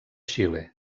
xile